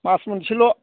मास मोनसेल'